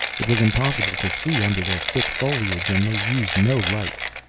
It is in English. it was impossible to see under the thick foliage, and they used no lights.